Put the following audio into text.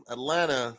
Atlanta